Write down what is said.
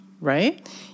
right